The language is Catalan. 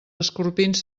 escorpins